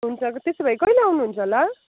हुन्छ त्यसो भए कहिले आउनुहुन्छ होला